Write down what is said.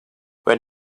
when